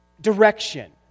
direction